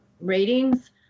ratings